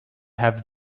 have